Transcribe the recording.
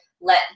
let